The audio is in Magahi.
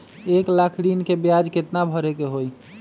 एक लाख ऋन के ब्याज केतना भरे के होई?